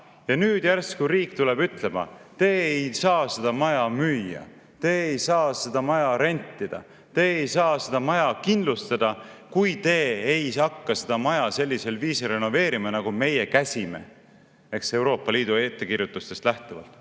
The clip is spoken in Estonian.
ja nüüd järsku riik tuleb ütlema: te ei saa seda maja müüa, te ei saa seda maja rentida, te ei saa seda maja kindlustada, kui te ei hakka seda maja sellisel viisil renoveerima, nagu meie käsime. Ehk Euroopa Liidu ettekirjutustest lähtuvalt.